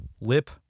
Lip